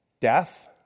death